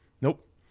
Nope